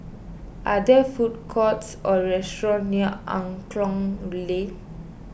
are there food courts or restaurants near Angklong Lane